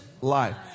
life